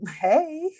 hey